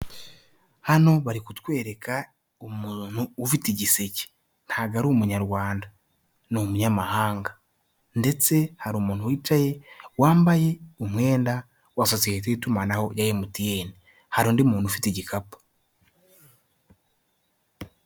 Hano bari kutwereka umuntu ufite igiseke. Ntabwo ari umunyarwanda. Ni umunyamahanga ndetse hari umuntu wicaye wambaye umwenda wa sosiyete y'itumanaho ya MTN. Hari undi muntu ufite igikapu.